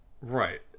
right